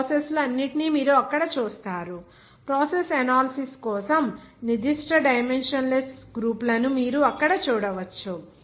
ఆ ప్రాసెస్ లు అన్నింటిని మీరు అక్కడ చూస్తారు ప్రాసెస్ ఎనాలిసిస్ కోసం నిర్దిష్ట డైమెన్షన్ లెస్ గ్రూపు లను మీరు అక్కడ చూడవచ్చు